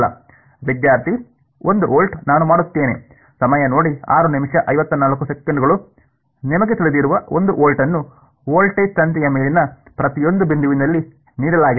ವಿದ್ಯಾರ್ಥಿ 1 ವೋಲ್ಟ್ ನಾನು ಮಾಡುತ್ತೇನೆ ನಿಮಗೆ ತಿಳಿದಿರುವ 1 ವೋಲ್ಟ್ ಅನ್ನು ವೋಲ್ಟೇಜ್ ತಂತಿಯ ಮೇಲಿನ ಪ್ರತಿಯೊಂದು ಬಿಂದುವಿನಲ್ಲಿ ನೀಡಲಾಗಿದೆ